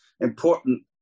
important